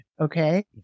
okay